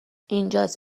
اینجاس